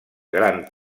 gran